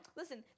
listen